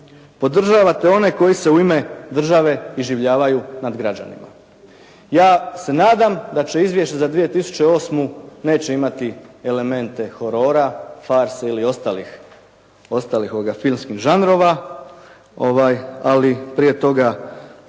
podržavate one koji se u ime države iživljavaju na građanima. Ja se nadam da će izvješće za 2008. neće imati elemente horora, farse ili ostalih, ostalih filmskih žanrova. Ali prije toga